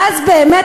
ואז באמת,